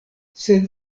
sed